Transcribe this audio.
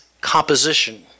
composition